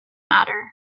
matter